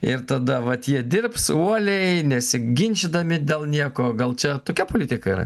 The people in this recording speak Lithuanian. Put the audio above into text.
ir tada vat jie dirbs uoliai nesiginčydami dėl nieko gal čia tokia politika yra